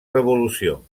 revolució